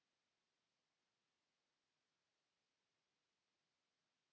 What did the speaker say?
Kiitos.